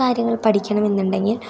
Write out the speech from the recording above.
കാര്യങ്ങൾ പഠിക്കണമെന്നുണ്ടെങ്കിൽ